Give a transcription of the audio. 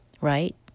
right